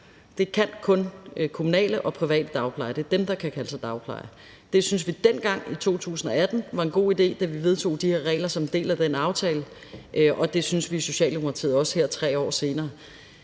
det kan kun kommunale og private dagplejere – det er dem, der kan kalde sig dagplejere. Det syntes vi dengang i 2018 var en god idé, da vi vedtog de her regler som en del af den aftale, og det synes vi i Socialdemokratiet også her 3 år senere.